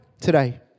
today